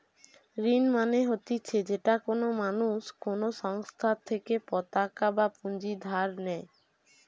ঋণ মানে হতিছে যেটা কোনো মানুষ কোনো সংস্থার থেকে পতাকা বা পুঁজি ধার নেই